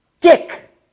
dick